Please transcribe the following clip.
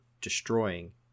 destroying